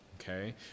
okay